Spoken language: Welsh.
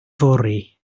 fory